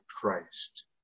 christ